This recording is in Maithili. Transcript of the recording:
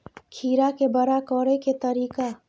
खीरा के बड़ा करे के तरीका?